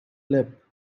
lip